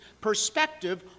perspective